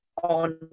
on